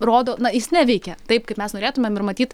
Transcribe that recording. rodo na jis neveikia taip kaip mes norėtumėm ir matyt